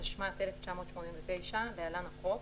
התשמ"ט - 1989 (להלן - החוק),